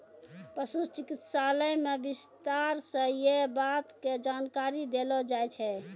पशु चिकित्सालय मॅ विस्तार स यै बात के जानकारी देलो जाय छै